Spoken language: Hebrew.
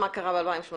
מה קרה ב-2018?